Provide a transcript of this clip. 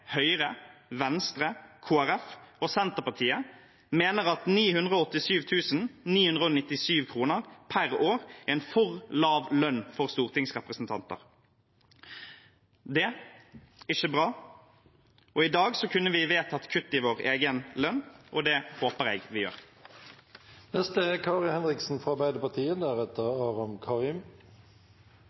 Høyre, Venstre, Kristelig Folkeparti og Senterpartiet mener at 987 997 kr per år er en for lav lønn for stortingsrepresentanter. Det er ikke bra. I dag kunne vi ha vedtatt kutt i vår egen lønn, og det håper jeg vi